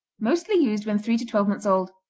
mostly used when three to twelve months old,